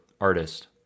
artist